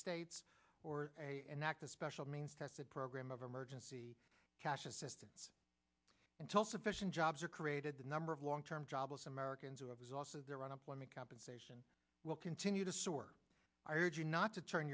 states or a enacted special means tested program of emergency cash assistance until sufficient jobs are created the number of long term jobless americans who has also their unemployment compensation will continue to soar i urge you not to turn